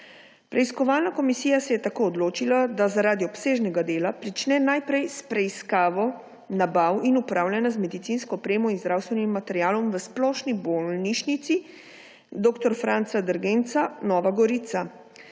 Preiskovalna komisija se je tako odločila, da zaradi obsežnega dela prične najprej s preiskavo nabav in upravljanja z medicinsko opremo in zdravstvenim materialom v Splošni bolnišnici dr. Franca Derganca Nova Gorica.